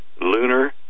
lunar